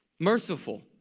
merciful